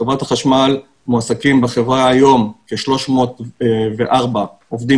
בחברת החשמל מועסקים בחברה היום כ-304 עובדים